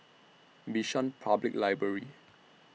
Bishan Public Library